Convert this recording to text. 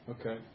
Okay